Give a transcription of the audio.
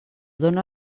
dóna